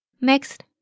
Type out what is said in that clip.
Next